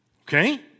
Okay